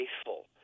faithful